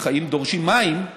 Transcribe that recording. וחיים דורשים מים,